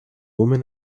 woman